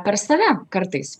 per save kartais